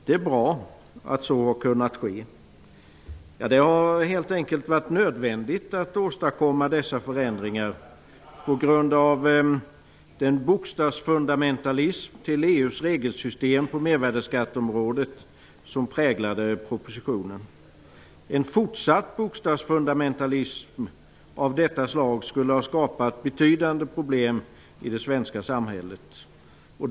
Det är bra att så har kunnat ske. Det har helt enkelt varit nödvändigt att åstadkomma dessa förändringar på grund av den bokstavsfundamentalism inför EG:s regelsystem på mervärdesskatteområdet som präglade propositionen. En fortsatt bokstavsfundamentalism av detta slag skulle ha skapat betydande problem i det svenska samhället.